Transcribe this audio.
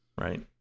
right